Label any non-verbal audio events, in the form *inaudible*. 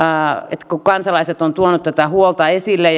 että kun kansalaiset saamelaiset ovat tuoneet tätä huolta esille *unintelligible*